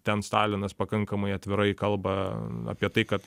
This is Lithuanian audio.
ten stalinas pakankamai atvirai kalba apie tai kad